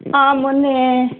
ಹಾಂ ಮೊನ್ನೆ